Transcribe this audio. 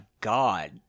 god